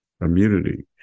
immunity